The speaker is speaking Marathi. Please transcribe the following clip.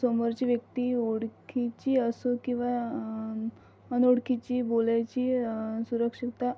समोरची व्यक्ती ओळखीची असो किंवा अनोळखीची बोलायची सुरक्षिता